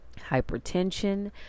hypertension